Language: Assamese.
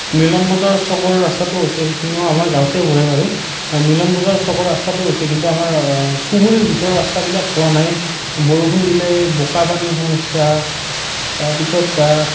মিলন বজাৰ চকৰ ৰাস্তাটো হৈছে সেইখিনিও আমাৰ গাঁৱতেই পৰে বাৰু মিলন বজাৰ চকৰ ৰাস্তাটো হৈছে কিন্তু আমাৰ চুবুৰীৰ ভিতৰৰ ৰাস্তাবিলাক হোৱা নাই বৰষুণ দিলেই বোকা পানীৰ সমস্যা তাৰপিছত